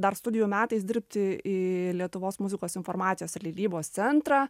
dar studijų metais dirbti į lietuvos muzikos informacijos ir leidybos centrą